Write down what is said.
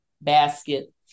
basket